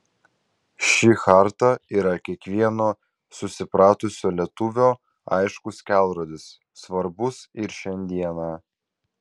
ši charta yra kiekvieno susipratusio lietuvio aiškus kelrodis svarbus ir šiandieną